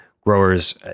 growers